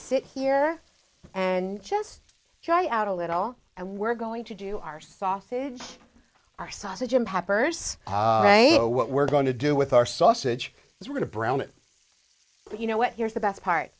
sit here and just dry out a little and we're going to do our sausage are sausage and poppers know what we're going to do with our sausage is going to brown it but you know what here's the best part